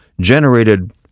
generated